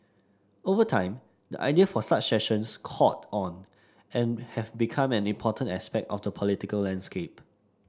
over time the idea for such sessions caught on and have become an important aspect of the political landscape